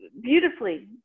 beautifully